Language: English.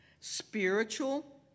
spiritual